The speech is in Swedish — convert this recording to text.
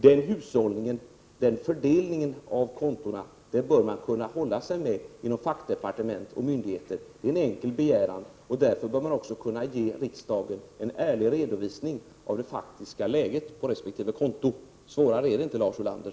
Den fördelningen på kontona bör fackdepartement och myndigheter kunna hålla sig med — det är en enkel begäran. Därför bör också riksdagen kunna få en ärlig redovisning av det faktiska läget på resp. konto. Svårare är det inte, Lars Ulander.